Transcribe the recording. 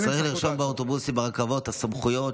אז צריך לרשום באוטובוסים וברכבות את הסמכויות,